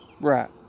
Right